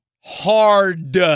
Hard